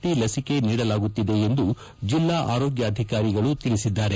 D ಲಸಿಕೆ ನೀಡಲಾಗುತ್ತದೆ ಎಂದು ಜಿಲ್ಲಾ ಆರೋಗ್ವಾಧಿಕಾರಿಗಳು ತಿಳಿಸಿದ್ದಾರೆ